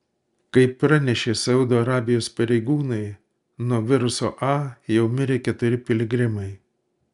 kaip pranešė saudo arabijos pareigūnai nuo viruso a jau mirė keturi piligrimai